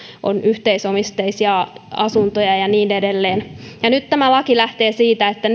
on yhteisomisteisia asuntoja ja niin edelleen nyt tämä laki lähtee siitä että